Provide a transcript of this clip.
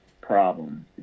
problem